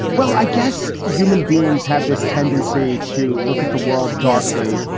well, i guess human beings have this tendency to look at the world darkly,